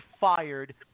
fired